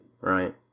right